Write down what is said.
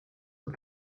but